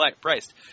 priced